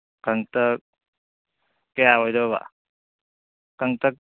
ꯀꯪꯇꯛ ꯀꯌꯥ ꯑꯣꯏꯗꯣꯏꯕ ꯀꯪꯇꯛ